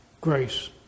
grace